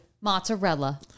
mozzarella